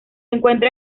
encuentra